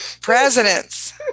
Presidents